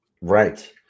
Right